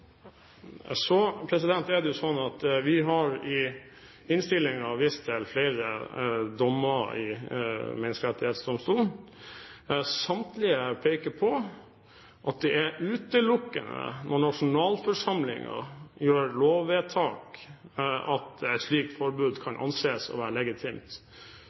Så er det jo sånn at vi i innstillingen har vist til flere dommer i Menneskerettighetsdomstolen. Samtlige peker på at det er utelukkende når nasjonalforsamlingen gjør lovvedtak, at et slikt forbud kan anses å være legitimt,